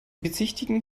bezichtigen